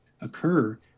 occur